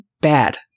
Bad